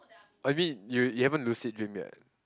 I mean you you haven't lucid dream yet